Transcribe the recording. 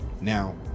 Now